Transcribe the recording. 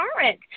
current